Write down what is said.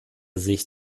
sich